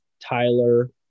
Tyler